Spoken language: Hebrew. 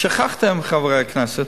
שכחתם, חברי הכנסת,